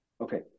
Okay